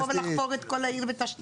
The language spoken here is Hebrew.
זה לבוא ולחפור את כל העיר בתשתיות.